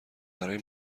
برای